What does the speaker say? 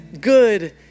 good